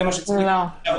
זה מה שצריך לעשות.